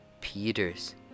Peters